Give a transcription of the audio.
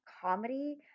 comedy